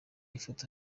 ifoto